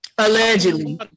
Allegedly